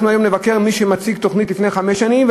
אנחנו היום נבקר את מי שמציג תוכנית מלפני חמש שנים.